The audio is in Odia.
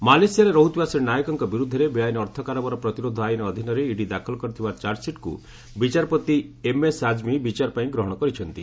ମାଲେସିଆରେ ରହୁଥିବା ଶ୍ରୀ ନାୟକଙ୍କ ବିରୁଦ୍ଧରେ ବେଆଇନ ଅର୍ଥ କାରବାର ପ୍ରତିରୋଧ ଆଇନ ଅଧିନରେ ଇଡି ଦାଖଲ କରିଥିବା ଚାର୍ଚ୍ଚସିଟ୍କୁ ବିଚାରପତି ଏମଏସଆଜ୍ମୀ ବିଚାରପାଇଁ ଗ୍ରହଣ କରିଛନ୍ତି